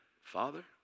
Father